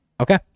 Okay